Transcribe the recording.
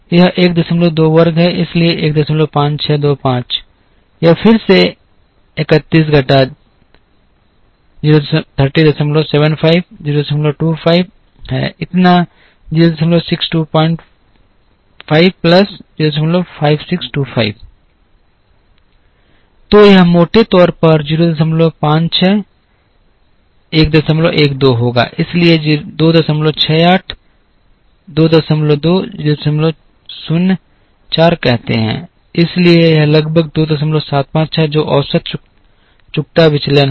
यह 125 वर्ग है इसलिए 15625 यह फिर से 31 घटा 3075 025 है इतना 0625 प्लस 05625 तो यह मोटे तौर पर 056 112 होगा इसलिए 268 22 074 कहते हैं इसलिए यह लगभग 275 है जो औसत चुकता विचलन है